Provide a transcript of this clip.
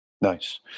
Nice